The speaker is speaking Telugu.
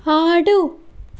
ఆడు